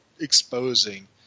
exposing